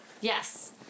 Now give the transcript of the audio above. Yes